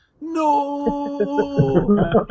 No